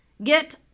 Get